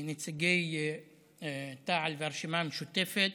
כנציגי תע"ל והרשימה המשותפת,